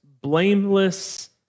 blameless